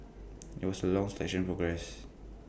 IT was A long selection progress